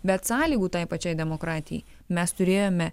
bet sąlygų tai pačiai demokratijai mes turėjome